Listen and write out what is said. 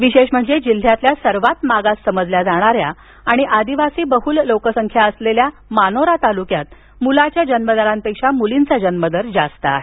विशेष म्हणजे जिल्ह्यातल्या सर्वात मागास समजल्या जाणाऱ्या आणि आदिवासीबहुल लोकसंख्या असलेल्या मानोरा तालुक्यात मुलाच्या जन्मदरापेक्षा मूर्लींचा जन्मदर जास्त आहे